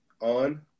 on